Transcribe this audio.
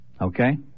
Okay